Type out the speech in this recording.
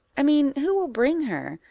i mean, who will bring her?